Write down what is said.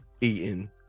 eaten